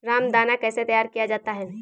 रामदाना कैसे तैयार किया जाता है?